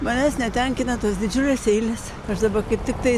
manęs netenkina tos didžiulės eilės aš dabar kaip tiktai